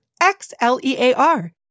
X-L-E-A-R